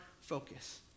focus